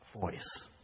voice